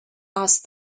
asked